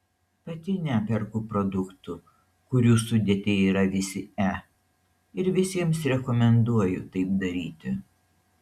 pati neperku produktų kurių sudėtyje yra visi e ir visiems rekomenduoju taip daryti